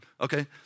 Okay